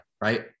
right